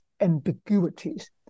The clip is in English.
ambiguities